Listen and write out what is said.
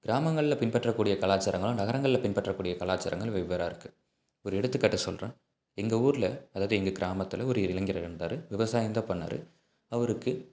கிராமங்களில் பின்பற்றக்கூடிய கலாச்சாரங்களும் நகரங்களில் பின்பற்றக்கூடிய கலாச்சாரங்களும் வெவ்வேறாக இருக்கு ஒரு எடுத்துக்காட்டு சொல்லுறேன் எங்கள் ஊரில் அதாவது எங்கள் கிராமத்தில் ஒரு இளைஞர் இருந்தார் விவசாயம் தான் பண்ணார் அவருக்கு